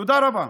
תודה רבה.